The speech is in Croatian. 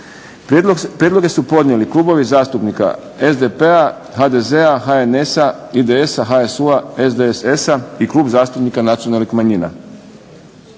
Prijedloge su podnijeli klubovi zastupnika SDP, HDZ, HNS, IDS, HSU, SDSS i Klub zastupnika nacionalnih manjina.